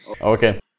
Okay